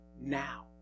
now